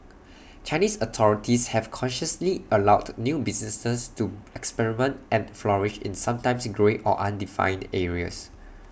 Chinese authorities have cautiously allowed new businesses to experiment and flourish in sometimes grey or undefined areas